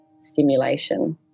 stimulation